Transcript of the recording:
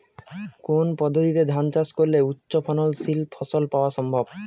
কোন পদ্ধতিতে ধান চাষ করলে উচ্চফলনশীল ফসল পাওয়া সম্ভব?